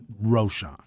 Roshan